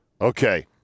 okay